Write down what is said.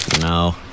no